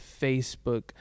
Facebook